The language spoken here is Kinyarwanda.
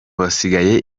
basigaye